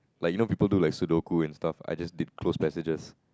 like you know people do like Sudoku and stuff I just did close passages